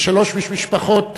ושלוש משפחות